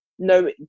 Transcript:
No